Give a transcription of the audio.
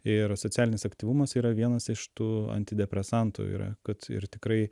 ir socialinis aktyvumas yra vienas iš tų antidepresantų yra kad ir tikrai